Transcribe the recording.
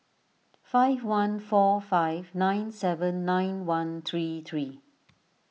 five one four five nine seven nine one three three